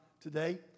today